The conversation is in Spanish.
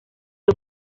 dos